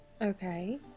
Okay